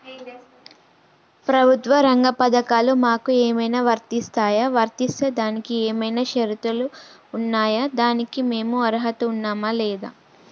ప్రభుత్వ రంగ పథకాలు మాకు ఏమైనా వర్తిస్తాయా? వర్తిస్తే దానికి ఏమైనా షరతులు ఉన్నాయా? దానికి మేము అర్హత ఉన్నామా లేదా?